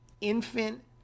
infant